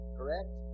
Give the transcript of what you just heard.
Correct